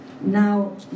Now